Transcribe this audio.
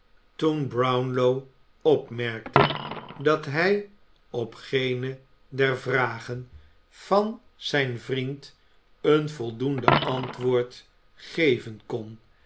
toen brownlow opmerkte dat hij op geene der vragen van zijn vriend een voldoende antwoord geven kon